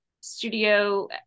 studio